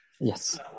Yes